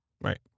Right